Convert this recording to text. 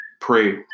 Pray